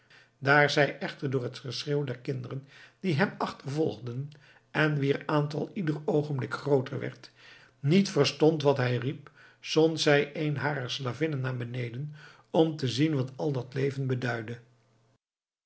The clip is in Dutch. daar zij echter door het geschreeuw der kinderen die hem achtervolgden en wier aantal ieder oogenblik grooter werd niet verstond wat hij riep zond zij een harer slavinnen naar beneden om te zien wat al dat leven beduidde